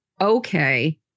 okay